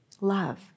Love